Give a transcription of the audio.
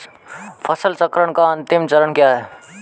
फसल चक्र का अंतिम चरण क्या है?